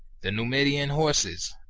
the numidian horses,